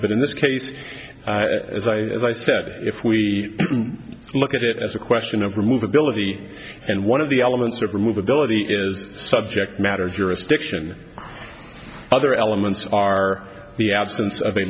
but in this case as i said if we look at it as a question of remove ability and one of the elements of remove ability is subject matter jurisdiction other elements are the absence of a